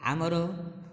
ଆମର